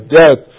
death